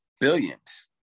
billions